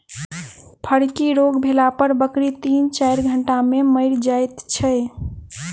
फड़की रोग भेला पर बकरी तीन चाइर घंटा मे मरि जाइत छै